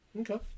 Okay